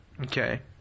Okay